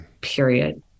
period